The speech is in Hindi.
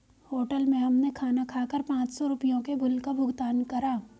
होटल में हमने खाना खाकर पाँच सौ रुपयों के बिल का भुगतान करा